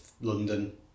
London